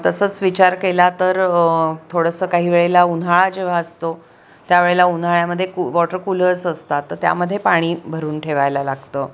तसंच विचार केला तर थोडंसं काही वेळेला उन्हाळा जेव्हा असतो त्या वेळेला उन्हाळ्यामध्ये कू वॉटर कूलर्स असतात तर त्यामध्ये पाणी भरून ठेवायला लागतं